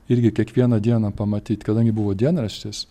irgi kiekvieną dieną pamatyt kadangi buvo dienraštis